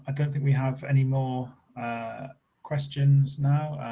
i don't think we have any more questions now.